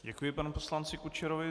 Děkuji panu poslanci Kučerovi.